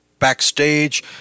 Backstage